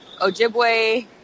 ojibwe